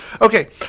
Okay